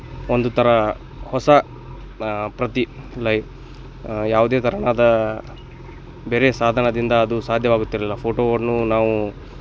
ಒಂದು ತರಹ ಹೊಸ ಪ್ರತಿ ಲೈ ಯಾವುದೇ ತೆರನಾದ ಬೇರೆ ಸಾಧನದಿಂದ ಅದು ಸಾಧ್ಯವಾಗುತ್ತಿರಲಿಲ್ಲ ಫೋಟೋವನ್ನು ನಾವು